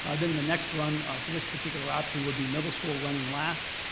ah then the next run for this particular option would be middle school running last.